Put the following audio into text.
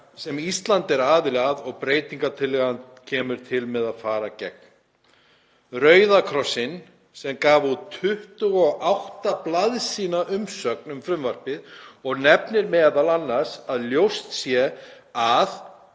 sem Ísland er aðili að og breytingartillagan kemur til með að fara gegn, Rauða krossinn sem gaf út 28 blaðsíðna umsögn um frumvarpið og nefnir meðal annars að ljóst sé að